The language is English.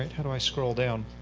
how do i scroll down?